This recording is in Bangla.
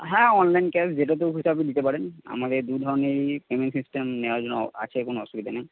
হ্যাঁ অনলাইন ক্যাশ যেটাতেও খুশি আপনি দিতে পারেন আমাদের দু ধরনেরই পেমেন্ট সিস্টেম নেওয়ার জন্য আছে কোন অসুবিধা নেই